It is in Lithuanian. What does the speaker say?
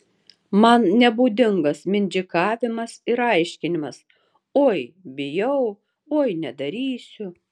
man nebūdingas mindžikavimas ir aiškinimas oi bijau oi nedarysiu